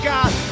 God